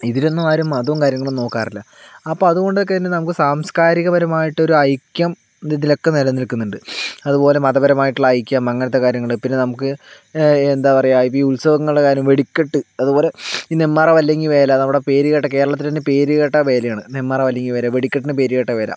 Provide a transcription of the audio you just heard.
ഇതിലൊന്നും ആരും മതവും കാര്യങ്ങളും നോക്കാറില്ല അപ്പോൾ അതുകൊണ്ടൊക്കെ തന്നെ നമുക്ക് സാംസ്കാരികപരമായിട്ടുള്ള ഒരു ഐക്യം ഇതിലൊക്കെ നിലനിൽക്കുന്നുണ്ട് അതുപോലെ മതപരമായിട്ടുള്ള ഐക്യം അങ്ങനത്തെ കാര്യങ്ങള് പിന്നെ നമുക്ക് എന്താ പറയുക ഈ ഉത്സവങ്ങളുടെ കാര്യം വെടിക്കെട്ട് അതുപോലെ നെന്മാറ വല്ലങ്ങി വേല നമ്മുടെ പേര് കേട്ട കേരളത്തിൽ തന്നെ പേരു കേട്ട വേലയാണ് നെന്മാറ വല്ലങ്ങി വേല വെടിക്കെട്ടിനും പേര് കേട്ട വേല